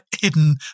hidden